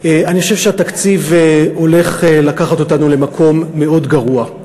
אני חושב שהתקציב הולך לקחת אותנו למקום מאוד גרוע.